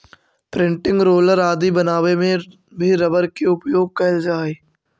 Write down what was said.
printing roller आदि बनावे में भी रबर के उपयोग कैल जा हइ